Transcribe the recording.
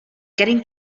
getting